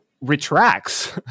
retracts